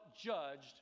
judged